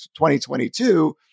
2022